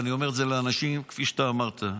ואני אומר את זה לאנשים כפי שאתה אמרת.